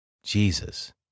Jesus